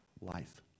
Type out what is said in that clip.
life